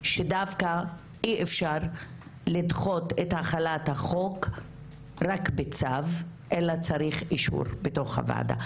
שדווקא אי אפשר לדחות את החלת החוק רק בצו אלא צריך אישור בתוך הוועדה.